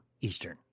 Eastern